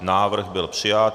Návrh byl přijat.